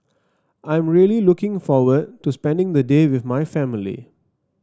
I'm really looking forward to spending the day with my family